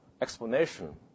explanation